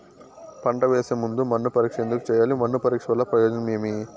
పంట వేసే ముందు మన్ను పరీక్ష ఎందుకు చేయాలి? మన్ను పరీక్ష వల్ల ప్రయోజనం ఏమి?